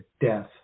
death